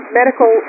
medical